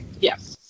yes